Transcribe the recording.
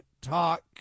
talk